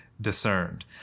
discerned